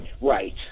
right